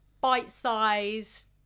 bite-sized